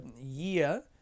year